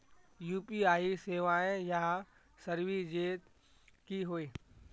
UPI सेवाएँ या services की होय?